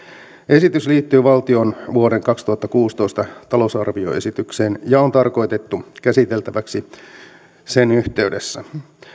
esitys liittyy valtion vuoden kaksituhattakuusitoista talousarvioesitykseen ja on tarkoitettu käsiteltäväksi sen yhteydessä